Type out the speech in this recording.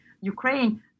Ukraine